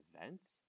events